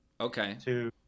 Okay